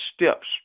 steps